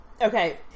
Okay